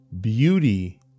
Beauty